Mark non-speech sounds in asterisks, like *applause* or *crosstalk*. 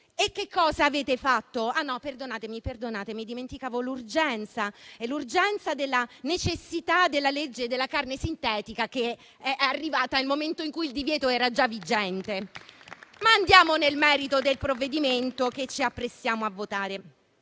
e che cosa avete fatto. Ah no, perdonatemi, dimenticavo l'urgenza e la necessità della legge sulla carne sintetica, che è arrivata nel momento in cui il divieto era già vigente. *applause* Andiamo nel merito del provvedimento che ci apprestiamo a votare.